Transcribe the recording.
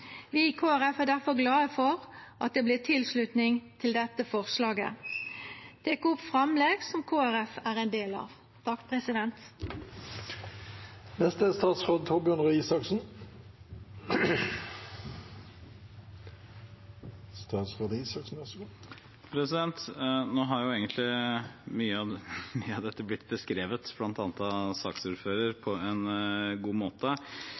Vi i Kristeleg Folkeparti er difor glade for at det vert tilslutning til dette forslaget. Nå har egentlig mye av dette blitt beskrevet, bl.a. av saksordføreren, på en god måte,